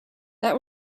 that